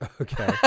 Okay